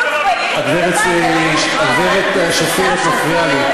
גברת שפיר, את מפריעה לי.